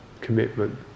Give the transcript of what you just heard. commitment